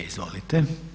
Izvolite.